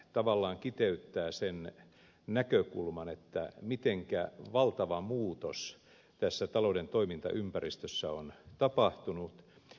tämä tavallaan kiteyttää sen näkökulman mitenkä valtava muutos tässä talouden toimintaympäristössä on tapahtunut